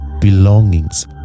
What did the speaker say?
belongings